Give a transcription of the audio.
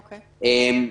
אוקיי, מעניין.